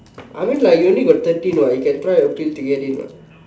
I mean like you only got thirteen what you can try appeal to get in what